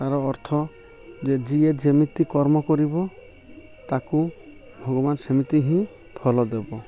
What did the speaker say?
ତାର ଅର୍ଥ ଯେ ଯିଏ ଯେମିତି କର୍ମ କରିବ ତାକୁ ଭଗବାନ ସେମିତି ହିଁ ଭଲ ଦେବ